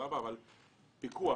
אבל שיהיה פיקוח